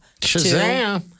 Shazam